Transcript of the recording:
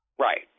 Right